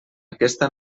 aquesta